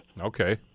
Okay